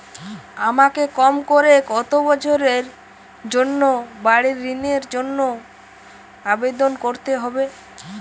আমাকে কম করে কতো বছরের জন্য বাড়ীর ঋণের জন্য আবেদন করতে হবে?